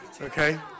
okay